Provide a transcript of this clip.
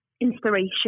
Inspiration